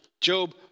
Job